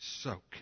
soak